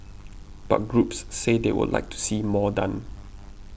but groups say they would like to see more done